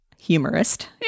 Humorist